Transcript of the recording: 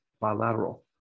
bilateral